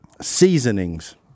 Seasonings